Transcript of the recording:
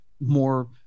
more